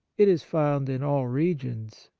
it is found in all regions,